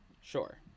sure